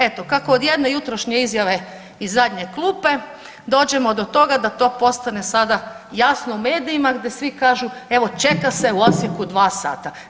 Eto kako od jedne jutrošnje izjave iz zadnje klupe dođemo do toga da to postane sada jasno u medijima, gdje svi kažu evo čeka se u Osijeku dva sata.